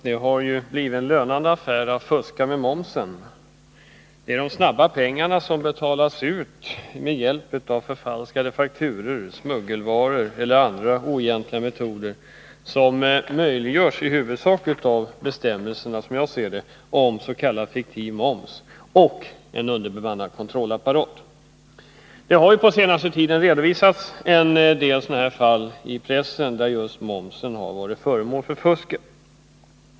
Herr talman! Det har blivit en lönande affär att fuska med momsen. Det är här fråga om snabba pengar, som betalas ut med hjälp av fakturaförfalsk ning, smuggling eller andra oegentliga metoder, som det är möjligt att använda — som jag ser det — i huvudsak på grund av bestämmelserna om s.k. fiktiv moms och på grund av en underbemannad kontrollapparat. Det har på se sen redovisats en del fall. där just momsen varit föremål för fusk.